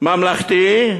ממלכתי,